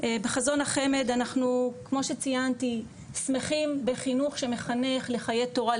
בחזון החמ"ד אנחנו כמו שציינתי שמחים בחינוך שמחנך לחיי תורה,